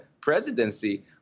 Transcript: presidency